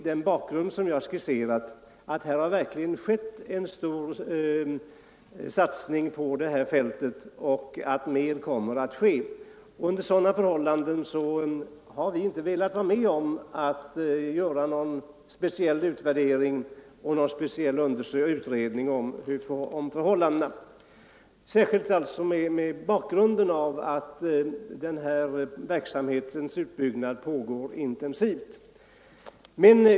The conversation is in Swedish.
Här har ju, som jag nyss påpekat, verkligen gjorts en stor satsning, och mer kommer att ske. Under sådana förhållanden har vi inte velat vara med om att göra någon speciell utvärdering och utredning av förhållandena. Därtill kommer att arbetet med verksamhetens utbyggnad pågår intensivt.